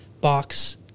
box